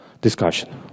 discussion